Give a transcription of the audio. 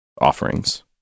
offerings